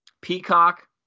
Peacock